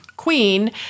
Queen